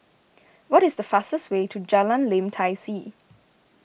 what is the fastest way to Jalan Lim Tai See